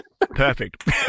Perfect